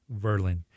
Verlin